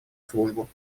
службу